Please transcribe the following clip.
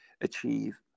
achieve